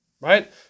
right